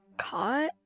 caught